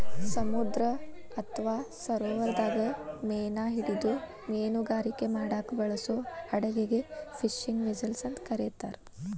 ಸಮುದ್ರ ಅತ್ವಾ ಸರೋವರದಾಗ ಮೇನಾ ಹಿಡಿದು ಮೇನುಗಾರಿಕೆ ಮಾಡಾಕ ಬಳಸೋ ಹಡಗಿಗೆ ಫಿಶಿಂಗ್ ವೆಸೆಲ್ಸ್ ಅಂತ ಕರೇತಾರ